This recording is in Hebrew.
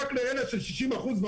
נתנו פטור מארנונה רק לאלה ש-60% ומעלה.